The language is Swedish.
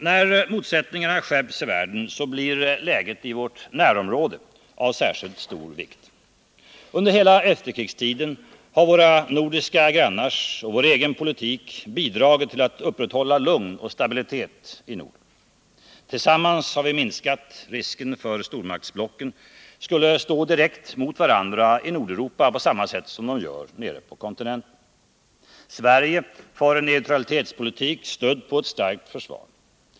När motsättningarna skärps i världen blir läget i vårt närområde av särskilt stor vikt. Under hela efterkrigstiden har våra nordiska grannars och vår egen politik bidragit till att upprätthålla lugn och stabilitet i Norden. Tillsammans har vi minskat risken för att stormaktsblocken skall stå direkt mot varandra i Nordeuropa på samma sätt som de gör på kontinenten. Sverige för en neutralitetspolitik, stödd på ett starkt försvar.